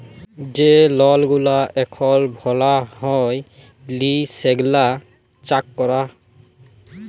যে লল গুলা এখল ভরা হ্যয় লি সেগলা চ্যাক করা